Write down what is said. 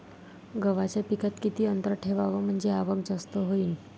गव्हाच्या पिकात किती अंतर ठेवाव म्हनजे आवक जास्त होईन?